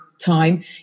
time